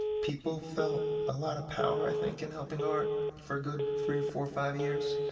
people felt a lot of power i think and helping art for a good three or four or five years.